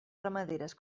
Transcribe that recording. ramaderes